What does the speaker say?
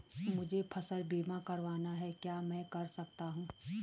मुझे फसल बीमा करवाना है क्या मैं कर सकता हूँ?